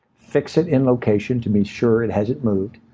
fix it in location to ensure it hasn't moved.